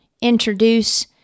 introduce